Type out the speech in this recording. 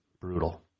Brutal